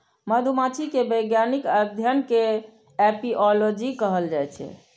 मधुमाछी के वैज्ञानिक अध्ययन कें एपिओलॉजी कहल जाइ छै